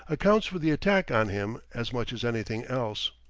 accounts for the attack on him as much as anything else.